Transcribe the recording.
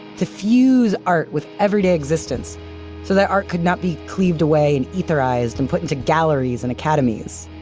to fuse art with everyday existence, so that art could not be cleaved away and etherized and put into galleries and academies.